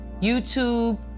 YouTube